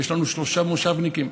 יש לנו שלושה מושבניקים.